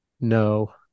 no